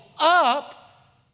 up